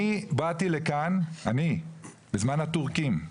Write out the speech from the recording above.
אני באתי לכאן, בזמן הטורקים.